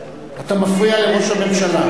אתה מפריע לראש הממשלה.